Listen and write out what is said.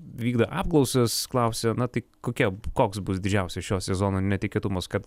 vykdo apklausas klausia na tai kokia koks bus didžiausia šio sezono netikėtumas kad